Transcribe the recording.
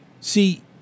See